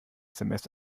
sms